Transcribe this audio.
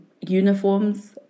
uniforms